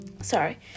Sorry